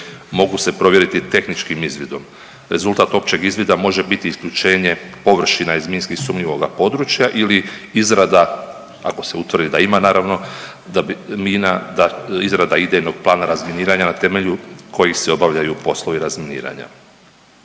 mogu se provjeriti tehničkim izvidom. Rezultat općeg izvida može biti isključenje površina iz minski sumnjivoga područja ili izrada ako se utvrdi da ima naravno mina da izrada idejnog plana razminiranja na temelju kojih se obavljaju poslovi razminiranja.